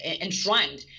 enshrined